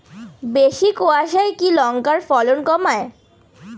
বেশি কোয়াশায় কি লঙ্কার ফলন কমায়?